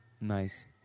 Nice